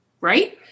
right